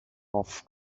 off